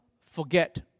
forget